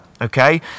okay